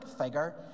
figure